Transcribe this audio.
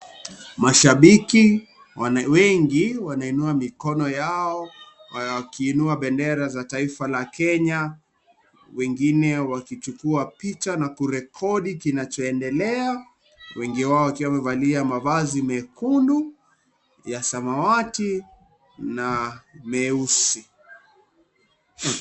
Mashabiki wengi wanainua mikono yao wakiinua bendera za taifa la Kenya wengine wakichukua picha na kurekodi kinachoendele, wengi wao wakiwa wamevalia mavazi mekundu, ya samawati na meusi.